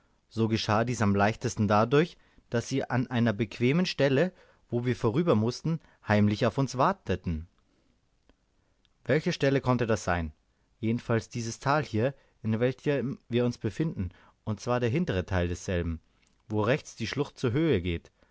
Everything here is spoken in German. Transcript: so geschah dies am leichtesten dadurch daß sie an einer bequemen stelle wo wir vorüber mußten heimlich auf uns warteten welche stelle konnte das sein jedenfalls dieses tal hier in welchem wir uns befinden und zwar der hintere teil desselben wo rechts die schlucht zur höhe geht